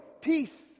peace